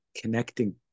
connecting